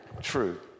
true